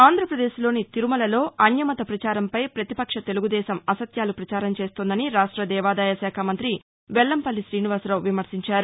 ఆంధ్రప్రదేశ్లోని తిరుమలలో అన్యమత ప్రచారంపై పతిపక్ష తెలుగుదేశం అసత్యాలు పచారం చేస్తోందని రాష్ట దేవాదాయ శాఖ మంతి వెల్లంపల్లి శీనివాసరావు విమర్శించారు